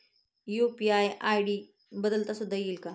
UPI ID बदलता सुद्धा येईल का?